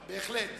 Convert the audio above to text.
בהחלט.